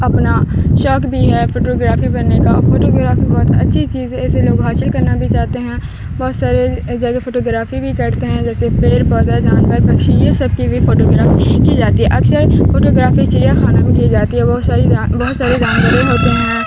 اپنا شوق بھی ہے فوٹوگرافی بننے کا فوٹوگرافی بہت اچھی چیز ہے اسے لوگ حاصل کرنا بھی چاہتے ہیں بہت سارے جگہ فوٹوگرافی بھی کرتے ہیں جیسے پیڑ پودا جانور پکشی یہ سب کی بھی فوٹوگرافی کی جاتی ہے اکثر فوٹوگرافی چڑیا خانا بھی کی جاتی ہے بہت ساری بہت ساری جانور ہوتے ہیں